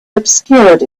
obscured